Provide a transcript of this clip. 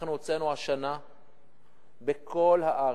אנחנו הוצאנו השנה בכל הארץ,